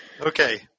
Okay